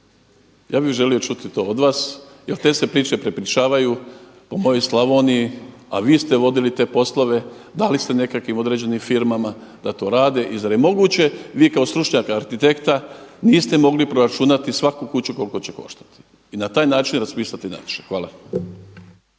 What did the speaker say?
Ja bih želio čuti to od vas jel te se priče prepričavaju po mojoj Slavoniji, a vi ste vodili te poslove, dali ste nekakvim određenim firmama da to rade. I zar je moguće vi kao stručnjak arhitekta niste mogli proračunati svaku kuću koliko će koštati i na taj način raspisati natječaj? Hvala.